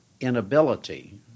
inability